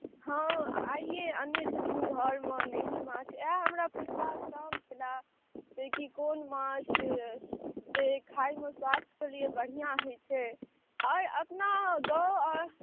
हँ आइये अनने छथिन घरमे नीक माछ इएह हमरा पुछबाक काम छलए जे कि कोन माछ जे खाइमे स्वास्थ्यके लिए बढ़िआँ होइ छै आओर अपना गाम